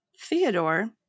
Theodore